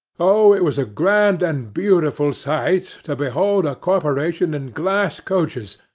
oh! it was a grand and beautiful sight to behold a corporation in glass coaches,